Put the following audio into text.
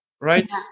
right